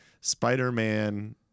Spider-Man